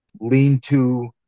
lean-to